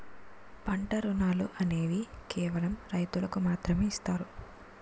పంట రుణాలు అనేవి కేవలం రైతులకు మాత్రమే ఇస్తారు